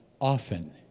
often